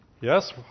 Yes